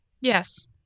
Yes